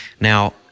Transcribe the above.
Now